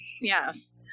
Yes